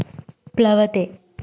प्लवते